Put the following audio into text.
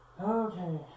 Okay